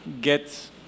get